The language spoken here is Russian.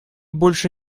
больше